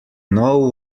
know